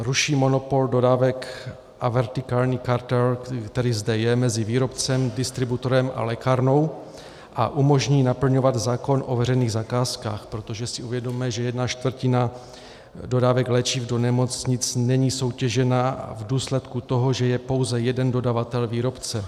Ruší monopol dodávek a vertikální kartel, který zde je mezi výrobcem, distributorem a lékárnou, a umožní naplňovat zákon o veřejných zakázkách, protože si uvědomme, že jedna čtvrtina dodávek léčiv do nemocnic není soutěžena v důsledku toho, že je pouze jeden dodavatel výrobce.